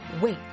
wait